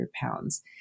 Pounds